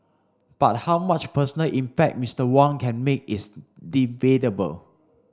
but how much personal impact Mister Wang can make is debatable